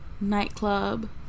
nightclub